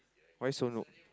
why so noob